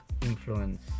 influence